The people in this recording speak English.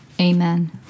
Amen